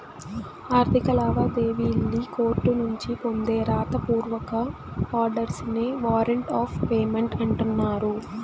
ఆర్థిక లావాదేవీల్లి కోర్టునుంచి పొందే రాత పూర్వక ఆర్డర్స్ నే వారంట్ ఆఫ్ పేమెంట్ అంటన్నారు